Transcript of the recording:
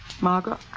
Margaret